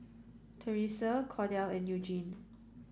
Thresa Cordell and Eugene